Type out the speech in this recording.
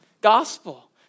gospel